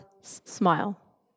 smile